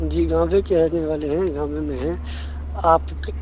جی گاؤں وے کے رہنے والے ہیں گاؤں وے میں ہیں آپ